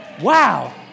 Wow